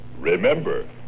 Remember